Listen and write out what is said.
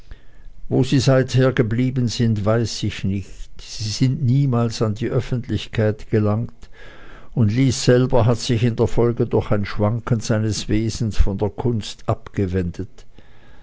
wo sie seither geblieben sind weiß ich nicht sie sind niemals an die öffentlichkeit gelangt und lys selber hat sich in der folge durch ein schwanken seines wesens von der kunst abgewendet